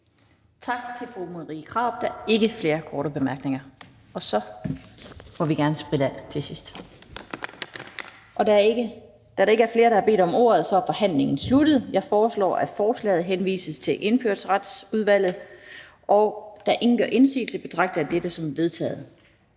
Tak til fru Marie Krarup. Der er ikke flere korte bemærkninger. Så der må gerne sprittes af. Da der ikke er flere, der har bedt om ordet, er forhandlingen sluttet. Jeg foreslår, at forslaget til folketingsbeslutning henvises til Indfødsretsudvalget. Og da ingen gør indsigelse, betragter jeg dette som vedtaget.